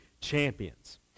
champions